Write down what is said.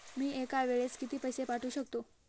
मी एका वेळेस किती पैसे पाठवू शकतो?